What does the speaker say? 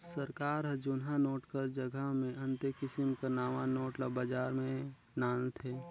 सरकार हर जुनहा नोट कर जगहा मे अन्ते किसिम कर नावा नोट ल बजार में लानथे